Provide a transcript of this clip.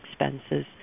expenses